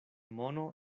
mono